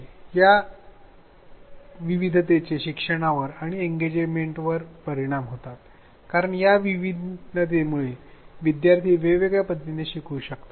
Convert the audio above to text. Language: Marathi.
आता या विविधतेचे शिक्षणावर आणि एंगेजमेंट वर परिणाम होतात कारण या भिन्नतेमुळे विद्यार्थी वेगळ्या पद्धतीने शिकू शकतात